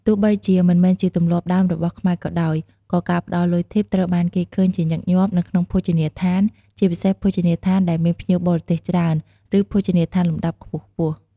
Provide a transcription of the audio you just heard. ទោះបីជាមិនមែនជាទម្លាប់ដើមរបស់ខ្មែរក៏ដោយ ក៏ការផ្ដល់លុយធីបត្រូវបានគេឃើញជាញឹកញាប់នៅក្នុងភោជនីយដ្ឋាន ជាពិសេសភោជនីយដ្ឋានដែលមានភ្ញៀវបរទេសច្រើន ឬភោជនីយដ្ឋានលំដាប់ខ្ពស់ៗ។